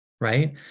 right